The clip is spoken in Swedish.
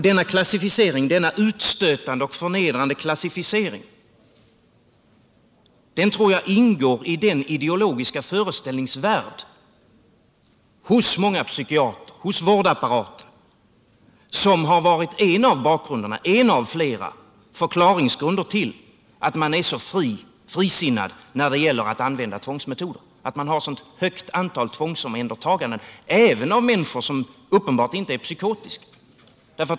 Denna förnedrande och utstötande klassificering tror jag ingår i den ideologiska föreställningsvärld hos många psykiater och inom vårdapparaten som har varit en av förklaringarna till att man har ett stort antal tvångsomhändertaganden även när det gäller människor som uppenbarligen inte är psykotiska.